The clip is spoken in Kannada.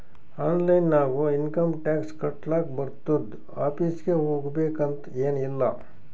ಆನ್ಲೈನ್ ನಾಗು ಇನ್ಕಮ್ ಟ್ಯಾಕ್ಸ್ ಕಟ್ಲಾಕ್ ಬರ್ತುದ್ ಆಫೀಸ್ಗ ಹೋಗ್ಬೇಕ್ ಅಂತ್ ಎನ್ ಇಲ್ಲ